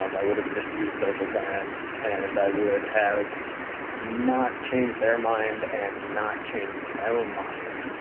um i would have misused social science, and i would have not changed their mind and not changed my own mind,